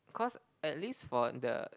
cause at least for the